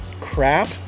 crap